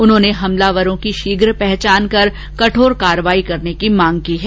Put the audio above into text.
उन्होंने हमलावरों की शीघ पहचानकर कठोर कार्यवाही करने की मांग की है